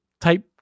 type